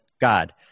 God